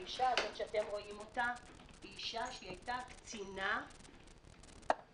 האישה שאתם רואים כאן הייתה קצינה בצד"ל,